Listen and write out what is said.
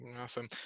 Awesome